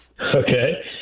Okay